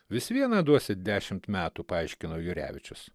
vis vieną duosi dešimt metų paaiškino jurevičius